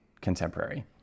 Contemporary